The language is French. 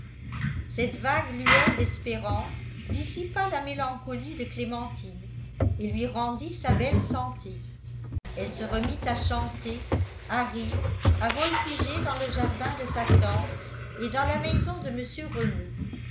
cette vague lueur d'espérance dissipa la mélancolie de clémentine et lui rendit sa belle santé elle se remit à chanter à rire à voltiger dans le jardin de sa tante et dans la maison de mr renault